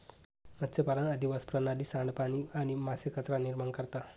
मत्स्यपालन अधिवास प्रणाली, सांडपाणी आणि मासे कचरा निर्माण करता